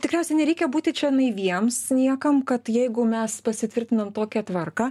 tikriausiai nereikia būti čia naiviems niekam kad jeigu mes pasitvirtinom tokią tvarką